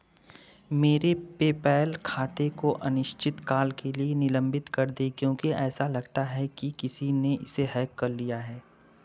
मेरे पेपैल खाते को अनिश्चित काल के लिए निलंबित कर दें क्योंकि ऐसा लगता है कि किसी ने इसे हैक कर लिया है